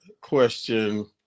question